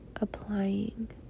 applying